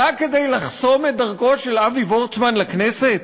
רק כדי לחסום את דרכו של אבי וורצמן לכנסת?